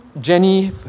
Jenny